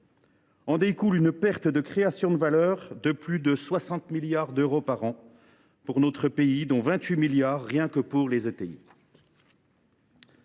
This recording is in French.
en découle une perte de création de valeur, qui s’élève à plus de 60 milliards d’euros par an pour notre pays, dont 28 milliards d’euros pour les